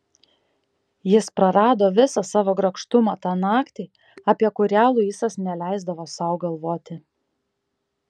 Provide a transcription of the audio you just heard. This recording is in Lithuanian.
jis prarado visą savo grakštumą tą naktį apie kurią luisas neleisdavo sau galvoti